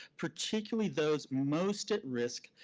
particularly those most at risk,